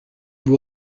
vous